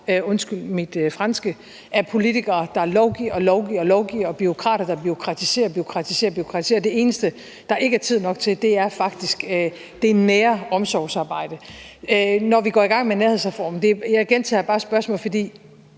undskyld mit franske – af politikere, der lovgiver og lovgiver, og bureaukrater, der bureaukratiserer og bureaukratiserer, og det eneste, der ikke er tid nok til, er faktisk det nære omsorgsarbejde. Når vi går i gang med nærhedsreformen – og jeg gentager bare spørgsmålet